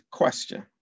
question